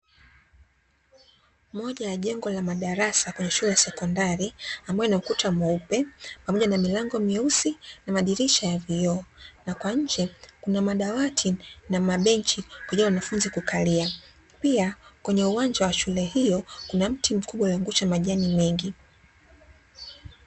Moja ya jengo la madarasa kwenye shule ya sekondari ambbayo ina ukuta mweupe pamoja na milango meusi na madirisha ya vioo na kwa nje kuna madawati na mabenchi kwa ajili ya wanafunzi kukalia, pia kwenye uwanja wa shule hiyo kuna mti mkubwa ulioangusha majani mengi.